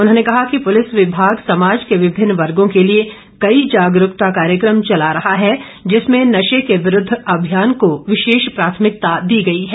उन्होंने कहा कि पुलिस विभाग समाज के विभिन्न वर्गों के लिए कई जागरूकता कार्यक्रम चला रहा है जिसमें नशे के विरूद्व अभियान को विशेष प्राथमिकता दी गई है